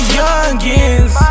youngins